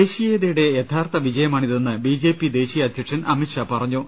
ദേശീയതയുടെ യഥാർത്ഥ വിജയമാണിതെന്ന് ബി ജെ പി ദേശീയ അധ്യക്ഷൻ അമിത് ഷാ പറഞ്ഞു